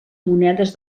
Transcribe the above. monedes